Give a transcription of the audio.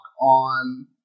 on